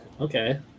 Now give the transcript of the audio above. Okay